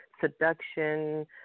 seduction